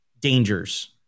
dangers